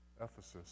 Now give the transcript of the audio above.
Ephesus